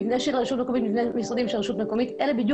מבנה משרדים של רשות מקומית אלה בדיוק